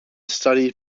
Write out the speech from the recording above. studied